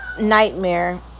nightmare